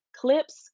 clips